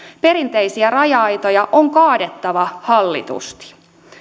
perinteisiä raja aitoja on kaadettava hallitusti